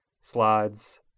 slides